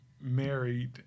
married